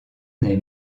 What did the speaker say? n’est